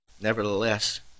Nevertheless